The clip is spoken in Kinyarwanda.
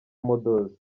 models